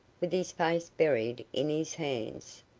with his face buried in his hands.